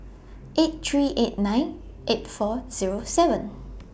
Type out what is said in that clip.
eight three eight nine eight four Zero seven